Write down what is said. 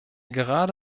gerade